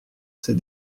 ses